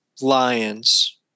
lions